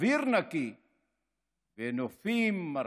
אוויר נקי ונופים מרהיבים.